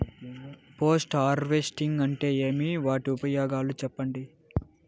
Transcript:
Post harvesting అంటే ఏమి? వాటి ఉపయోగాలు చెప్పండి?